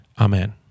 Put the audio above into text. Amen